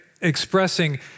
expressing